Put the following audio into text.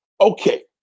Okay